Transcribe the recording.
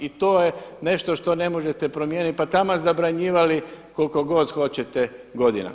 I to je nešto što ne možete promijeniti pa taman zabranjivali koliko god hoćete godina.